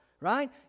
right